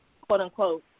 quote-unquote